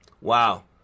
Wow